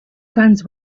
guns